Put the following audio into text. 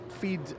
feed